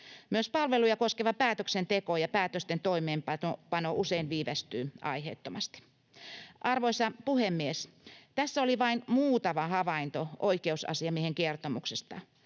Myös palveluja koskeva päätöksenteko ja päätösten toimeenpano usein viivästyy aiheettomasti. Arvoisa puhemies! Tässä oli vain muutama havainto oikeusasiamiehen kertomuksesta.